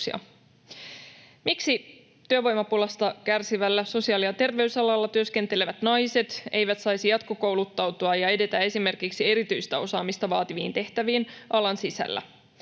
Miksi työvoimapulasta kärsivällä sosiaali- ja terveysalalla työskentelevät naiset eivät saisi jatkokouluttautua ja edetä esimerkiksi erityistä osaamista vaativiin tehtäviin alan sisällä?